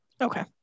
Okay